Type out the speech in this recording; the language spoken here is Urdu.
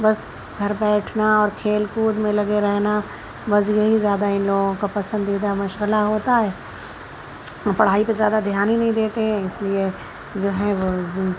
بس گھر بیٹھنا اور کھیل کود میں لگے رہنا بس یہی زیادہ اِن لوگوں کا پسندیدہ مشغلہ ہوتا ہے پڑھائی پہ زیادہ دھیان ہی نہیں دیتے ہیں اِس لیے جو ہیں وہ